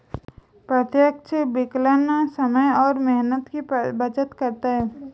प्रत्यक्ष विकलन समय और मेहनत की बचत करता है